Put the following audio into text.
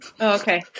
okay